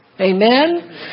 Amen